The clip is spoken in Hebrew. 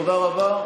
תודה רבה.